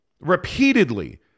Repeatedly